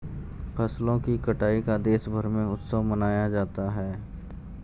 फसलों की कटाई का देशभर में उत्सव मनाया जाता है